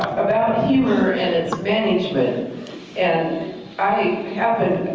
about humor and as management and i happened,